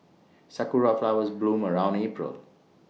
Sakura Flowers bloom around April